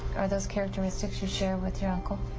are those characteristics you share with your uncle?